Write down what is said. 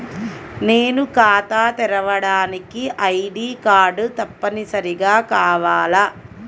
నేను ఖాతా తెరవడానికి ఐ.డీ కార్డు తప్పనిసారిగా కావాలా?